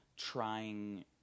trying